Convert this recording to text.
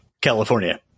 California